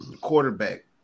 quarterback